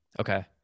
Okay